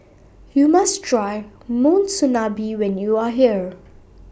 YOU must Try Monsunabe when YOU Are here